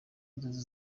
nzozi